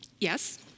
Yes